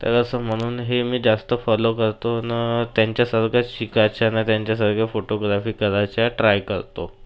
तर असं म्हणून हे मी जास्त फॉलो करतो न् त्यांच्या सारखेच शिकायचंय ना त्यांच्या सारखं फोटोग्राफी करायचे ट्राय करतो